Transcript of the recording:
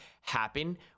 happen